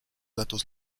datos